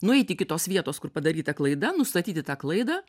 nueit iki tos vietos kur padaryta klaida nustatyti tą klaidą